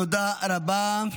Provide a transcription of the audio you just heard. תודה רבה.